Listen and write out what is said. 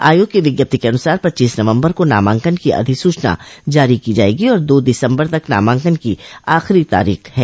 आयोग की विज्ञप्ति के अनुसार पच्चीस नवम्बर को नामांकन की अधिसूचना जारी की जायेगी और दो दिसम्बर नाम नामाकंन की आखिरी तारीख है